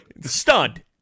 stunned